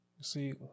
See